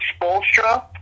Spolstra